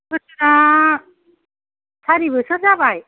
बोसोरा सारि बोसोर जाबाय